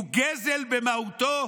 היא גזל במהותו?